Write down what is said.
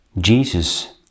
Jesus